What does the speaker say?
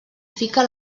fica